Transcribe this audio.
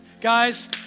Guys